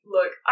Look